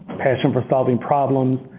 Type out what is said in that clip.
passion for solving problems,